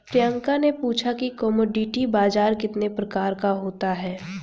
प्रियंका ने पूछा कि कमोडिटी बाजार कितने प्रकार का होता है?